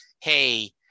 hey